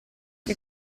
che